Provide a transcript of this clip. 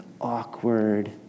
awkward